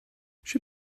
she